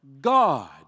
God